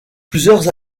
plusieurs